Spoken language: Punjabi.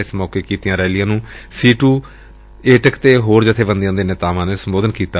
ਏਸ ਮੌਕੇ ਕੀਤੀਆਂ ਰੈਲੀਆਂ ਨੂੰ ਸੀਟੁ ਅਤੇ ਏਟਕ ਦੇ ਨੇਤਾਵਾਂ ਨੇ ਸੰਬੋਧਨ ਕੀਤਾ